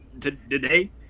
today